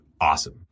awesome